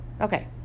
Okay